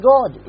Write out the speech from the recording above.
God